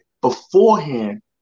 beforehand